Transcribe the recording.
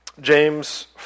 James